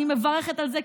אני מברכת על זה,